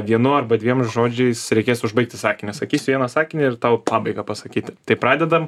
vienu arba dviem žodžiais reikės užbaigti sakinį sakysiu vieną sakinį ir tau pabaigą pasakyti tai pradedam